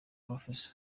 prof